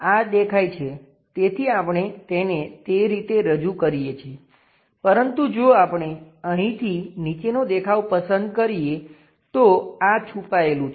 આ દેખાય છે તેથી આપણે તેને તે રીતે રજૂ કરીએ છીએ પરંતુ જો આપણે અહીંથી નીચેનો દેખાવ પસંદ કરીએ તો આ છુપાયેલું છે